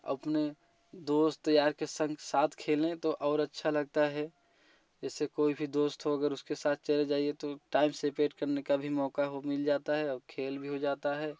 अपने दोस्त यार के संग साथ खेलने तो और अच्छा लगता है इससे कोई भी दोस्त हो अगर उसके साथ चले जाइए तो टाइम सेपेट करने का भी मौका हो मिल जाता है और खेल भी हो जाता है